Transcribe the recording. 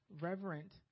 Reverent